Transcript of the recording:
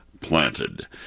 planted